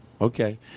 Okay